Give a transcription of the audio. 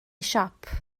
siop